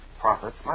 profits